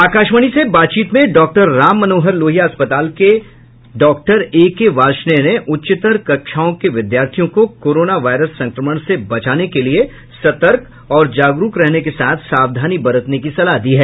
आकाशवाणी से बातचीत में डॉक्टर राम मनोहर लोहिया अस्पताल के डॉ एके वार्षणेय ने उच्चतर कक्षाओं के विद्यार्थियों को कोरोना वायरस संक्रमण से बचने के लिए सर्तक और जागरूक रहने के साथ सावधानी बरतने की सलाह दी है